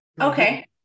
Okay